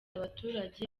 abaturage